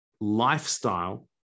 lifestyle